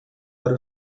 para